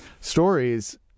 stories